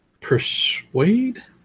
persuade